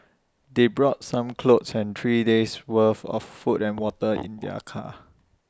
they brought some clothes and three days' worth of food and water in their car